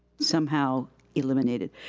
somehow eliminated.